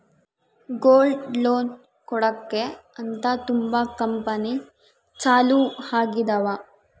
gold loan ಕೊಡಕ್ಕೆ ಅಂತ ತುಂಬಾ ಕಂಪೆನಿ ಚಾಲೂ ಆಗಿದಾವ